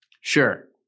Sure